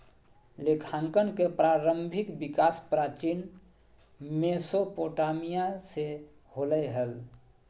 लेखांकन के प्रारंभिक विकास प्राचीन मेसोपोटामिया से होलय हल